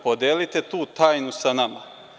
Podelite tu tajnu sa nama.